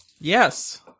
Yes